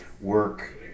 work